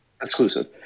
exclusive